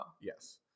Yes